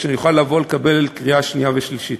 שיוכל לבוא לעלות לקריאה שנייה ושלישית.